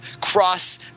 cross